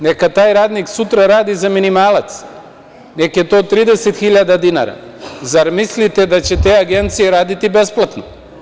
Neka taj radnik sutra radi za minimalac, nek je to 30.000 dinara, zar mislite da će te agencije raditi besplatno?